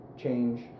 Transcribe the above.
Change